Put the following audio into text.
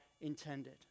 intended